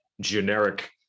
generic